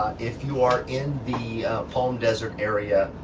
if you are in the palm desert area,